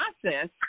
process